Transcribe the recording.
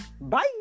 Bye